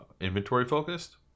inventory-focused